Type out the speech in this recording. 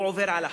עובר על החוק.